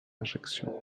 ajaccio